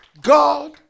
god